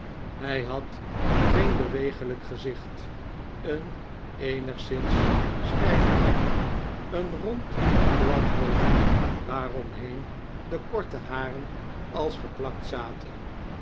hij had geen beweeglijk gezicht een eenigszins stijven nek een rond glad hoofd waaromheen de korte haren als geplakt zaten